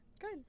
Good